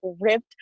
ripped